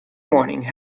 morning